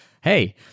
hey –